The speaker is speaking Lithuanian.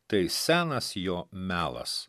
tai senas jo melas